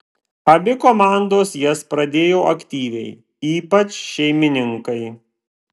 abi komandos jas pradėjo aktyviai ypač šeimininkai